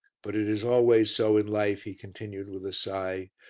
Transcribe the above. but it is always so in life, he continued, with a sigh,